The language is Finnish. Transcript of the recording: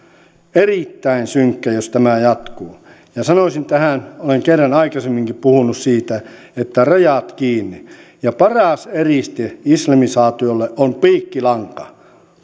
erittäin synkkä jos tämä jatkuu sanoisin tähän olen kerran aikaisemminkin puhunut siitä että rajat kiinni ja paras eriste islamisaatiolle on piikkilanka